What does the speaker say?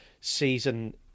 season